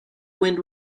wind